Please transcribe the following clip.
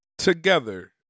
Together